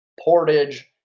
Portage